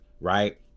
right